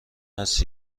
است